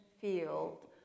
field